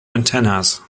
antennas